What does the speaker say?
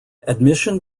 admission